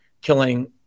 killing